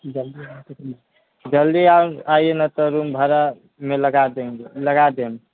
जल्दी आउ आइये नहि तऽ रूम भाड़ा मे लगा देंगे लगा देब